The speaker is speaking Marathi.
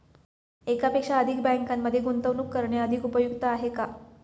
एकापेक्षा अधिक बँकांमध्ये गुंतवणूक करणे अधिक उपयुक्त आहे का?